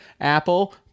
Apple